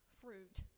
fruit